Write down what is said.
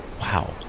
wow